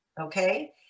okay